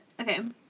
Okay